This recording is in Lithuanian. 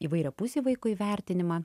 įvairiapusį vaiko įvertinimą